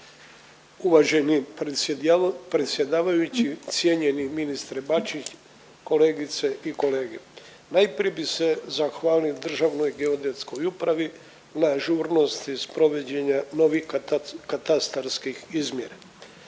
Uvaženi predsjedavajući, cijenjeni ministre Bačić, kolegice i kolege. Najprije bi se zahvalio Državnoj geodetskoj upravi na žurnosti sprovođenja novih katarskih izmjera.